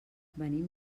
venim